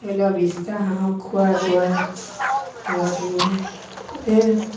ধৰি লোৱা বিছটা হাঁহক খোৱাই বোৱাই জেগাটো মানে এতিয়া